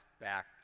back